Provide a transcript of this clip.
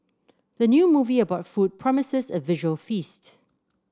the new movie about food promises a visual feast